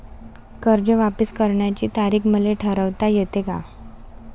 कर्ज वापिस करण्याची तारीख मले ठरवता येते का?